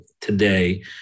today